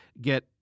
get